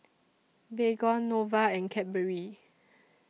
Baygon Nova and Cadbury